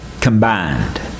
combined